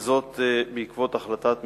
וזאת בעקבות החלטת ממשלה,